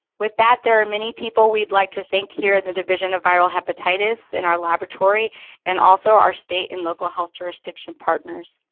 with that, there are many people we'd like to thank here in the division of viral hepatitis in our laboratory and also our state and local health jurisdiction partners.